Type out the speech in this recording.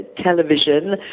television